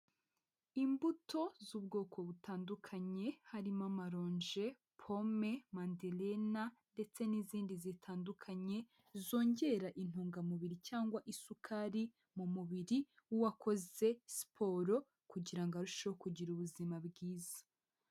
Imbuto z'ubwoko butandukanye, harimo amaronje, pome, mandelena ndetse n'izindi zitandukanye zongera intungamubiri cyangwa isukari mu mubiri w'uwakoze siporo kugira ngo arusheho kugira ubuzima bwiza.